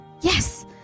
Yes